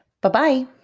Bye-bye